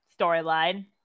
storyline